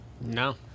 No